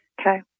Okay